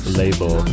label